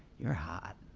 you're hot.